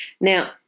Now